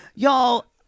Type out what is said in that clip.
Y'all